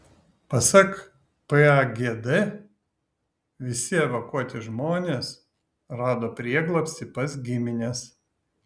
pasak pagd visi evakuoti žmonės rado prieglobstį pas gimines